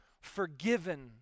forgiven